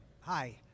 Hi